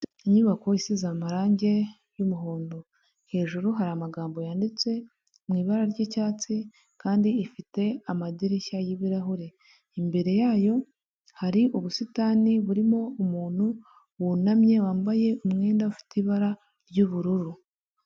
Inyubako isize amarangi yumuhondo, hejuru hari amagambo yanditse, mu ibara ryicyatsi, kandi ifite amadirishya y'ibirahure, imbere yayo hari ubusitani burimo umuntu wunamye wambaye umwenda ufite ibara ry'ubururu.